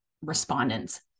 respondents